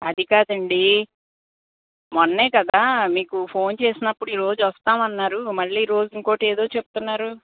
అది కాదండి మొన్నే కదా మీకు ఫోన్ చేసినప్పుడు ఈరోజు వస్తాము అన్నారు మళ్ళీ ఈరోజు ఇంకోటి ఎదో చెప్తున్నారు